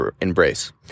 embrace